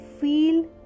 feel